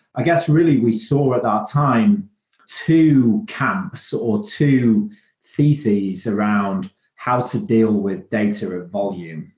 i guess, really we saw at that time two camps or two thesis around how to deal with data or volume.